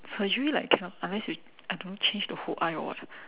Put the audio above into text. surgery like cannot unless you I don't change to whole eye [what]